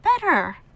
better